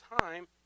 time